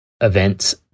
events